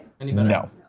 No